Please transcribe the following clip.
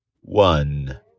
one